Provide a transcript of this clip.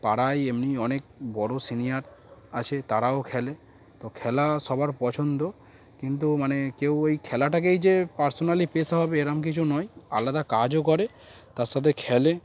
পাড়ায় এমনি অনেক বড়ো সিনিয়র আছে তারাও খেলে তো খেলা সবার পছন্দ কিন্তু মানে কেউ ওই খেলাটাকেই যে পার্সোনালি পেশা হবে এরকম কিছু নয় আলাদা কাজও করে তার সাথে খেলে